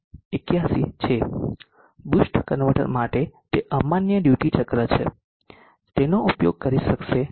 81 છે boost converter માટે તે અમાન્ય ડ્યુટી ચક્ર છે તેનો ઉપયોગ કરી શકશે નહીં